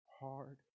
Hard